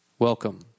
Welcome